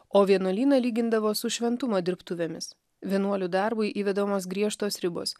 o vienuolyną lygindavo su šventumo dirbtuvėmis vienuolių darbui įvedamos griežtos ribos